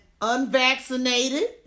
unvaccinated